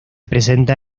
presenta